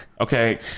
okay